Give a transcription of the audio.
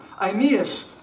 aeneas